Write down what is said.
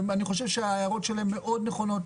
אני חושב שההערות שלהם מאוד נכונות,